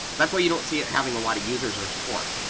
that's why you don't see having a lot of users or support.